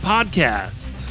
Podcast